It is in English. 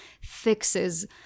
fixes